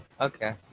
Okay